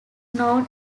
known